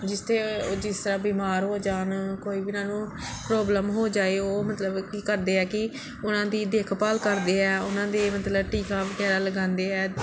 ਜਿੱਥੇ ਉਹ ਜਿਸ ਤਰ੍ਹਾਂ ਬਿਮਾਰ ਹੋ ਜਾਣ ਕੋਈ ਵੀ ਉਹਨਾਂ ਨੂੰ ਪ੍ਰੋਬਲਮ ਹੋ ਜਾਏ ਉਹ ਮਤਲਬ ਕੀ ਕਰਦੇ ਆ ਕਿ ਉਹਨਾਂ ਦੀ ਦੇਖਭਾਲ ਕਰਦੇ ਆ ਉਹਨਾਂ ਦੇ ਮਤਲਬ ਟੀਕਾ ਵਗੈਰਾ ਲਗਾਉਂਦੇ ਹੈ